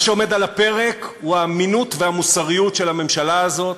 מה שעומד על הפרק הוא האמינות והמוסריות של הממשלה הזאת